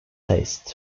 test